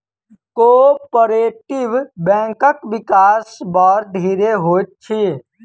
cooperative बैंकक विकास बड़ धीरे होइत अछि